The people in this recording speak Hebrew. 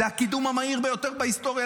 זה הקידום המהיר ביותר בהיסטוריה,